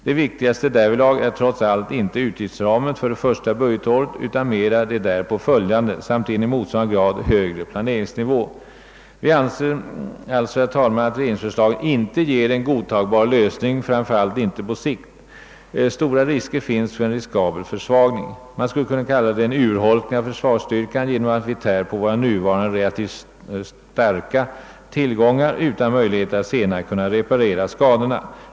Det viktigaste därvidlag är trots allt inte utgiftsramen för det första budgetåret utan för de därpå följande samt i motsvarande grad högre planeringsnivå. Vi anser alltså att regeringsförslaget inte ger en godtagbar lösning, framför allt inte på sikt. Stora risker finns för en försvagning, man skulle kunna kalla det en urholkning, av försvarsstyrkan genom att vi tär på våra nuvarande relativt sett starka tillgångar utan möjligheter att senare kunna reparera skadorna.